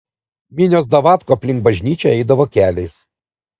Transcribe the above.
minios davatkų aplink bažnyčią eidavo keliais